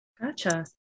Gotcha